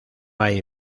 hay